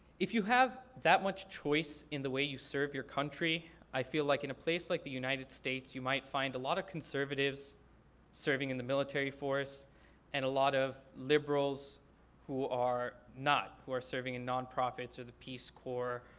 if you have that much choice in the way you serve your country, i feel like in a place like the united states you might find a lot of conservatives serving in the military force and a lot of liberals who are not, not, who are serving in non-profits or the peace corps,